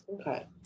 Okay